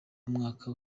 umwaka